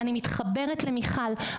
אני מתחברת למיכל,